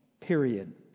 Period